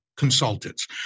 consultants